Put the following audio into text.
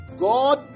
God